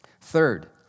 Third